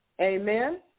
Amen